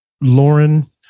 Lauren